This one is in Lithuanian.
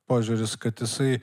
požiūris kad jisai